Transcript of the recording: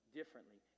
differently